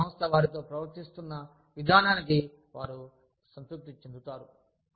సంస్థ వారితో ప్రవర్తిస్తున్నా విధానానికి వారు సంతృప్తి చెందుతారు